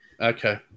Okay